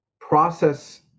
process